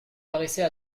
paraissait